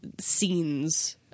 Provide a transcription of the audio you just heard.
scenes